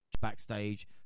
backstage